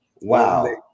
Wow